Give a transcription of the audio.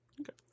Okay